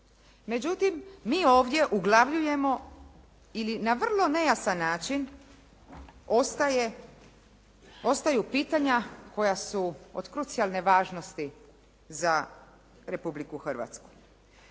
Međutim mi ovdje uglavljujemo ili na vrlo nejasan način ostaju pitanja koja su od krucijalne važnosti za Republiku Hrvatsku.